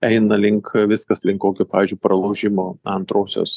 eina link viskas link kokio pavyzdžiui pralaužimo antrosios